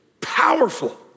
powerful